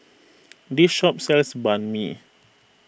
this shop sells Banh Mi